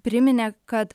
priminė kad